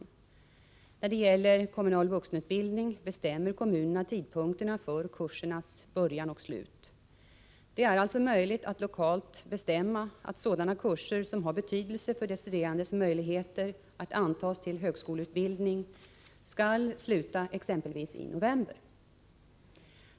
När det gäller kommunal vuxenutbildning bestämmer kommunerna tidpunkterna för kursernas början och slut. Det är alltså möjligt att lokalt bestämma att sådana kurser som har betydelse för de studerandes möjligheter att antas till högskoleutbildning skall sluta exempelvis i november.